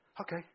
Okay